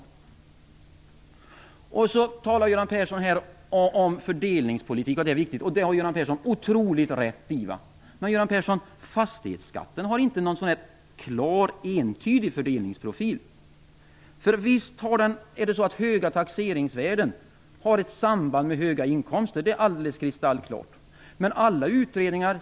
Göran Persson talar här om hur viktigt det är med fördelningspolitik, och det har Göran Persson otroligt rätt i. Men, Göran Persson, fastighetsskatten har inte någon klar och entydig fördelningsprofil. Visst har höga taxeringsvärden ett samband med höga inkomster; det är alldeles kristallklart och sägs i alla utredningar.